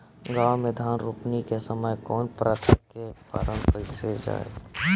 गाँव मे धान रोपनी के समय कउन प्रथा के पालन कइल जाला?